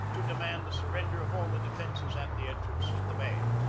to demand the surrender of all the defences at the entrance to the bay.